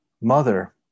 mother